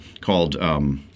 called